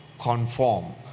conform